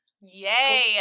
Yay